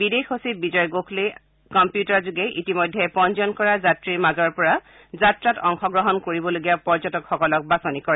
বিদেশ সচিব বিজয় গোখলেই কম্পিউটাৰযোগে ইতিমধ্যে পঞ্জীয়ন কৰা যাত্ৰীৰ মাজৰ পৰা যাত্ৰাত অংশগ্ৰহণ কৰিবলগীয়া পৰ্যটকসকলক বাচনি কৰে